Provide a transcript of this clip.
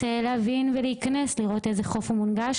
רוצה להבין ולהיכנס לראות איזה חוף מונגש